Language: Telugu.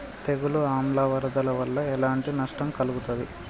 తెగులు ఆమ్ల వరదల వల్ల ఎలాంటి నష్టం కలుగుతది?